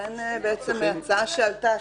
לכן ההצעה שעלתה,